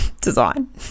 design